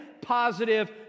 positive